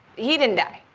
he didn't die.